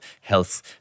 health